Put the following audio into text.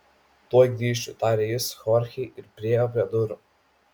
tuoj grįšiu tarė jis chorchei ir priėjo prie durų